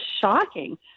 shocking